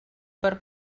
per